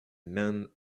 man